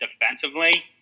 defensively